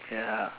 ya